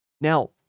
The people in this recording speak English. now